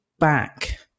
back